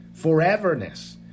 foreverness